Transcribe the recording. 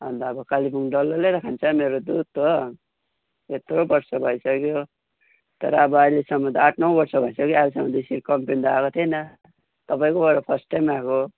अन्त अब कालेबुङ डल्लैले त खान्छ मेरो दुध हो यत्रो वर्ष भइसक्यो तर अब अहिलेसम्म त आठ नौ वर्ष भइसक्यो अहिलेसम्म त यसरी कम्प्लेन त आएको थिएन तपाईँकोबाट फर्स्ट टाइम आएको हो